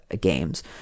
games